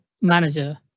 manager